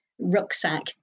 rucksack